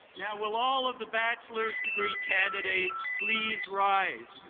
yeah will all of the bachelor's degree candidates please rise?